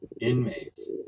inmates